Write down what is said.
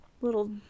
Little